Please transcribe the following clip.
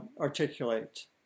articulate